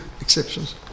exceptions